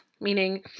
meaning